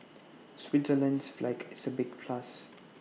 Switzerland's flag is A big plus